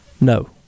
No